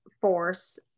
Force